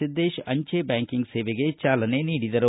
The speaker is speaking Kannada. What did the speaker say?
ಸಿದ್ದೇಶ್ ಅಂಜೆ ಬ್ಯಾಂಕಿಂಗ್ ಸೇವೆ ಚಾಲನೆ ನೀಡಿದರು